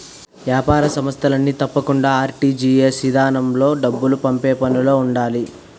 ఏపార సంస్థలన్నీ తప్పకుండా ఆర్.టి.జి.ఎస్ ఇదానంలో డబ్బులు పంపే పనులో ఉండాలి